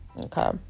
Okay